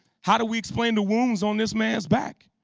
how do we explain the wounds on this man's back?